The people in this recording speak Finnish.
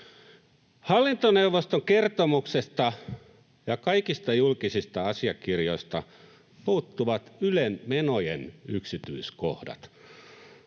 Hallintoneuvoston kertomuksesta ja kaikista julkisista asiakirjoista puuttuvat Ylen menojen yksityiskohdat.